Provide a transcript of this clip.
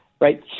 right